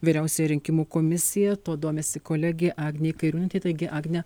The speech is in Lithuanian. vyriausioji rinkimų komisija tuo domisi kolegė agnė kairiūnaitė taigi agne